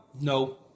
no